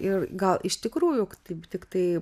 ir gal iš tikrųjų taip tiktai